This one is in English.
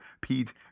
pete